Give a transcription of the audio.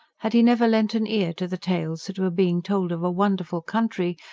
had he never lent an ear to the tales that were being told of a wonderful country,